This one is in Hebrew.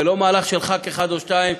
זה לא מהלך של ח"כ אחד או שניים,